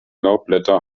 laubblätter